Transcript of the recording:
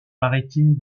maritime